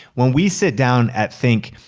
when we sit down at think,